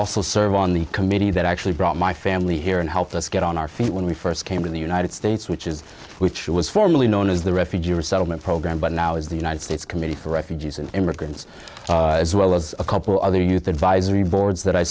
also serve on the committee that actually brought my family here and helped us get on our feet when we first came to the united states which is which was formerly known as the refugee resettlement program but now is the united states committee for refugees and immigrants as well as a couple other youth advisory boards that i